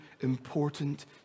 important